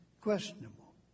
questionable